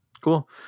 Cool